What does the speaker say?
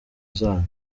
zanyu